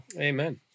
Amen